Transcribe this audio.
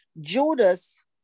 Judas